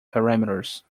parameters